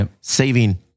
saving